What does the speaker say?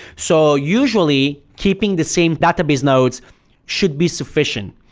so usually keeping the same database nodes should be sufficient.